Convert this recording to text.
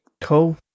Cool